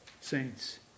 saints